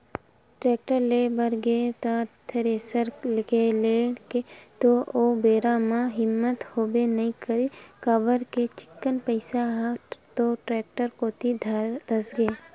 tractor ले बर गेंव त थेरेसर के लेय के तो ओ बेरा म हिम्मत होबे नइ करिस काबर के चिक्कन पइसा ह तो टेक्टर कोती धसगे